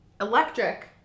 Electric